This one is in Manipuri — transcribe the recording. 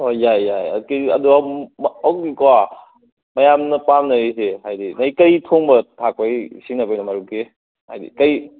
ꯑꯣ ꯌꯥꯏ ꯌꯥꯏ ꯀꯦ ꯖꯤ ꯑꯗꯣ ꯍꯧꯖꯤꯛꯀꯣ ꯃꯌꯥꯝꯅ ꯄꯥꯝꯅꯔꯤꯁꯤ ꯍꯥꯏꯗꯤ ꯀꯩꯀꯩ ꯊꯣꯡꯕ ꯊꯥꯛꯄꯒꯤ ꯁꯤꯖꯤꯟꯅꯕꯩꯅꯣ ꯃꯔꯨꯞꯀꯤ ꯍꯥꯏꯗꯤ ꯀꯩ